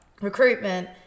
recruitment